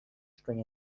string